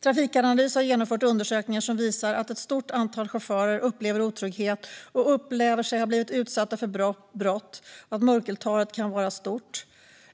Trafikanalys har genomfört undersökningar som visar att ett stort antal chaufförer upplever otrygghet och uppger sig ha blivit utsatta för brott, och mörkertalet kan vara stort.